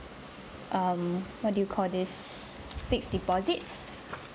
um what do you call this fixed deposits